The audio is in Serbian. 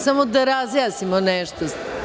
Samo da razjasnimo nešto.